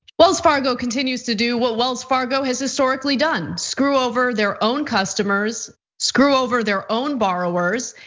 wells fargo continues to do what wells fargo has historically done, screw over their own customers. screw over their own borrowers,